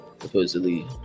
supposedly